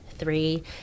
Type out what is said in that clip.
three